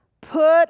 put